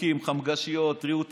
גם כשהוא לא היה פה הוא שמע.